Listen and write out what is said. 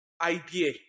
idea